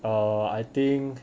err I think